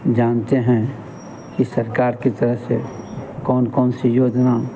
जानते हैं कि सरकार की तरफ से कौन कौन सी योजना